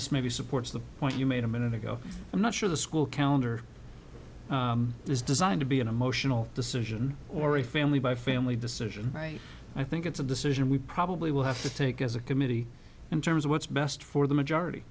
this may be supports the point you made a minute ago i'm not sure the school calendar is designed to be an emotional decision or a family by family decision right i think it's a decision we probably will have to take as a committee in terms of what's best for the majority